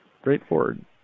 Straightforward